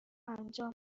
انجام